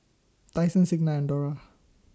Tyson Signa and Dora